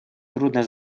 трудная